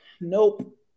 Nope